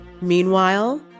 Meanwhile